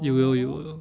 you will you will